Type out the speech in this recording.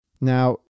Now